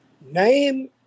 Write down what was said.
Name